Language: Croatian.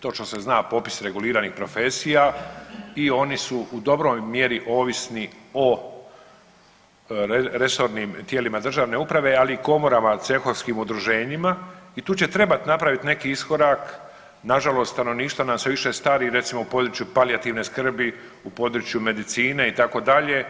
Točno se zna popis reguliranih profesija i oni su u dobroj mjeri ovisni o resornim tijelima državne uprave, ali i komorama, cehovskim udruženjima i tu će trebat napravit neki iskorak, nažalost stanovništvo nam sve više stari, recimo u području palijativne skrbi, u području medicine itd.